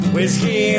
Whiskey